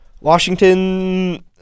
Washington